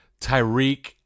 Tyreek